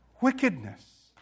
wickedness